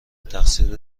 تقصیر